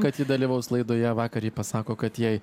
kad ji dalyvaus laidoj o vakar ji pasako kad jai